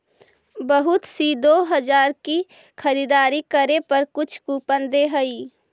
बहुत सी दो हजार की खरीदारी करे पर कुछ कूपन दे हई